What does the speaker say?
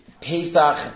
Pesach